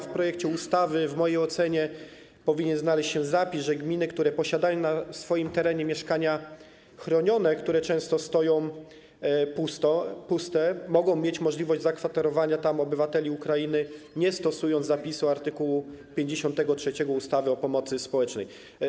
W projekcie ustawy, w mojej ocenie, powinien znaleźć się zapis, że gminy, które posiadają na swoim terenie mieszkania chronione, które często stoją puste, mogą mieć możliwość zakwaterowania tam obywateli Ukrainy, bez stosowania zapisu art. 53 ustawy o pomocy społecznej.